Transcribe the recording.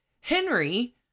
Henry